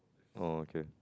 oh okay